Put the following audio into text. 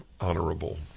honorable